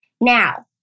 Now